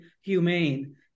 humane